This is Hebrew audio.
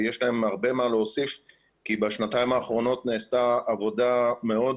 יש להם הרבה מה להוסיף כי בשנתיים האחרונות נעשתה עבודה מאוד